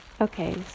Okay